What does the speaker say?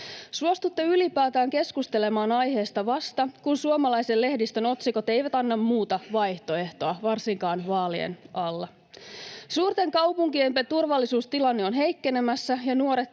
Suostutte ylipäätään keskustelemaan aiheesta vasta, kun suomalaisen lehdistön otsikot eivät anna muuta vaihtoehtoa, varsinkaan vaalien alla. Suurten kaupunkiemme turvallisuustilanne on heikkenemässä, ja nuoret